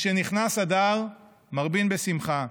משנכנס אדר מרבין בשמחה.